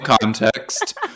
context